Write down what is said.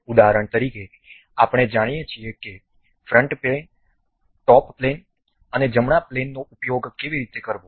ઉદાહરણ તરીકે આપણે જાણીએ છીએ કે ફ્રન્ટ પ્લેન ટોચનું પ્લેન અને જમણા પ્લેનનો ઉપયોગ કેવી રીતે કરવો